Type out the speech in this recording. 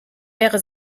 wäre